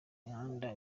mihanda